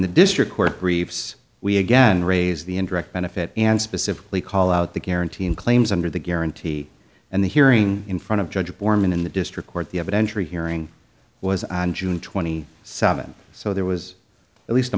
the district court briefs we again raise the indirect benefit and specifically call out the guarantee in claims under the guarantee and the hearing in front of judge borman in the district court they have an entry hearing was on june twenty seventh so there was at least a